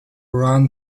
run